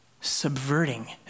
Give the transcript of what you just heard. subverting